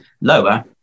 lower